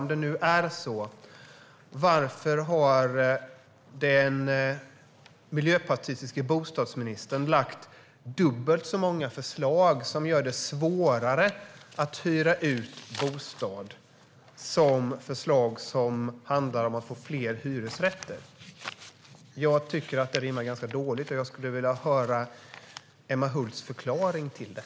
Om det nu är så: Varför har den miljöpartistiske bostadsministern lagt fram dubbelt så många förslag som gör det svårare att hyra ut en bostad som förslag som handlar om att få fler hyresrätter? Jag tycker att det rimmar ganska dåligt. Jag skulle vilja höra Emma Hults förklaring till det.